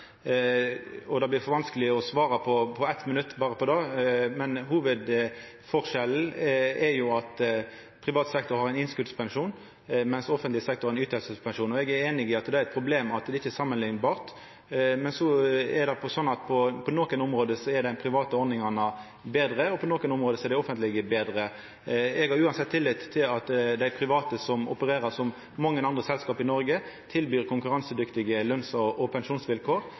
og det blir for vanskeleg å svara på dette på eitt minutt. Hovudforskjellen er at privat sektor har ein innskotspensjon, medan offentleg sektor har ein ytingspensjon. Eg er einig i at det er eit problem at det ikkje kan samanliknast. På nokre område er dei private ordningane best, på nokre område er dei offentlege best. Eg har uansett tillit til at dei private, som opererer som mange andre selskap i Noreg, tilbyr konkurransedyktige løns- og pensjonsvilkår, og